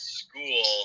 school